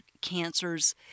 cancers